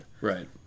Right